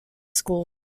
school